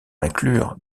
inclure